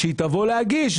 כשהיא תבוא להגיש,